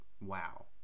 Wow